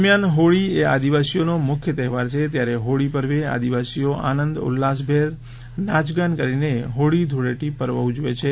દરમ્યાન હોળી એ આદિવાસીઓનો મુખ્ય તહેવાર છે ત્યારે હોળી પર્વે આદિવાસીઓ આનંદ ઉલ્લાસ ભેર નાયગાન કરીને હોળી ધૂળેટી પર્વ ઉજવે છે